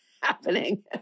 happening